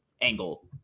angle